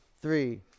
three